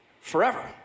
forever